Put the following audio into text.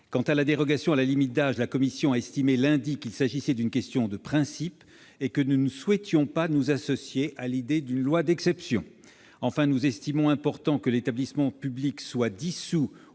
la dérogation à la limite d'âge, la commission a estimé lundi dernier qu'il s'agissait d'une question de principe ; nous ne souhaitons pas nous associer à l'idée d'une loi d'exception. Enfin, nous estimons important que l'établissement public soit dissous